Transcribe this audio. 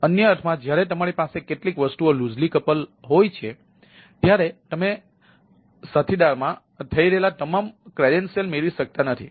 અન્ય અર્થમાં જ્યારે તમારી પાસે કેટલીક વસ્તુઓ લૂઝલી કપલ હોય છે ત્યારે તમે સાથીદારમાં થઈ રહેલા તમામ ઓળખપત્રો મેળવી શકતા નથી